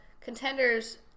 Contenders